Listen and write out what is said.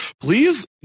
please